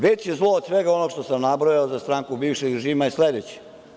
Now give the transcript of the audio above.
Veće zlo od svega onog što sam nabrojao za stranku bivšeg režima je sledeći.